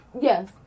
Yes